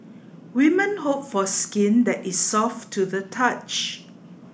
women hope for skin that is soft to the touch